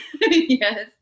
Yes